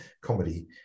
comedy